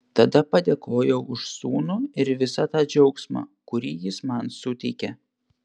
tada padėkojau už sūnų ir visą tą džiaugsmą kurį jis man suteikia